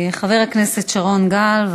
חבר הכנסת שרון גל,